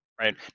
Right